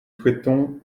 souhaitons